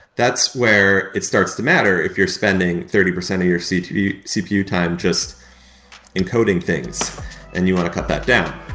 that's where it starts to matter if you're spending thirty percent of your cpu cpu time just encoding things and you want to cut that down.